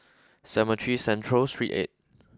Cemetry Central Street eight